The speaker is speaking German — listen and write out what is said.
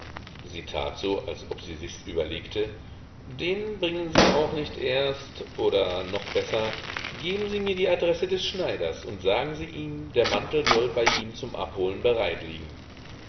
sie tat so als ob sie sichs überlegte den bringen sie auch nicht erst oder noch besser geben sie mir die adresse des schneiders und sagen sie ihm der mantel soll bei ihm zum abholen